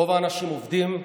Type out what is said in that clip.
רוב האנשים עובדים,